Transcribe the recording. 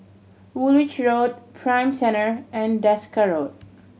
Woolwich Road Prime Centre and Desker Road